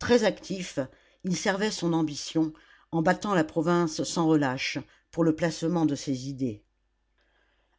très actif il servait son ambition en battant la province sans relâche pour le placement de ses idées